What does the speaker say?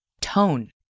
tone